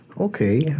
Okay